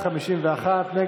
קבוצת סיעת ש"ס,